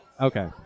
Okay